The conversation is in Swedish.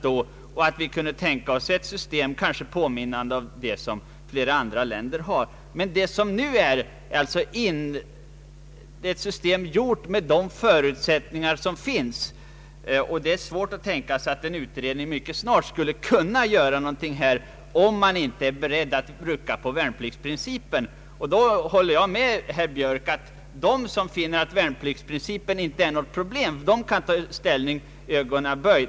Vi skulle kunna tänka oss ett system påminnande om det som flera andra länder har. Det är dock svårt att tro att en utredning på kort tid skulle kunna göra någonting åt det nuvarande systemet, om man inte är beredd att rucka på värnpliktsprincipen. Jag kan hålla med herr Björk om att de som anser att värnpliktsprincipen inte är något problem kan ta ställning ögonaböj.